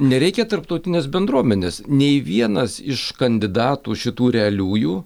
nereikia tarptautinės bendruomenės nei vienas iš kandidatų šitų realiųjų